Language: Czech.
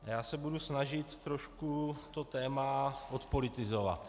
Já se budu snažit trošku to téma odpolitizovat.